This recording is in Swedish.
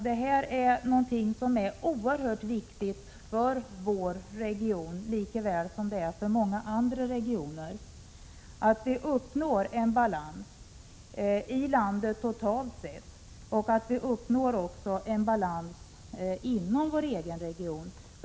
Det är oerhört viktigt för vår region, lika väl som för många andra regioner, att vi uppnår en balans i landet totalt sett och att vi uppnår en balans inom vår egen region.